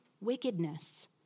wickedness